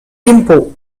gimpo